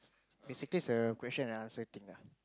basically is a question and answer thing lah